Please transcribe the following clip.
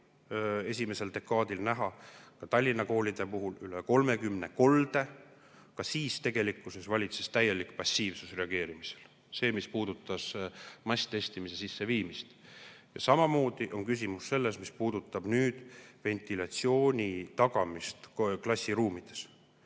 esimesel dekaadil oli Tallinna koolides üle 30 kolde. Ka siis valitses täielik passiivsus reageerimisel, mis puudutas masstestimise sisseviimist. Samamoodi on küsimus selles, mis puudutab ventilatsiooni tagamist klassiruumides.